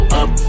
up